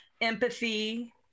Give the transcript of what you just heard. empathy